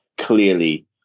clearly